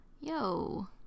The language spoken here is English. Yo